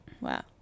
Wow